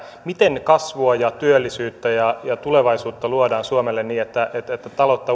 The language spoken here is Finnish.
miten kasvua ja työllisyyttä ja tulevaisuutta luodaan suomelle niin että taloutta